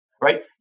right